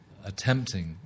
Attempting